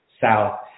South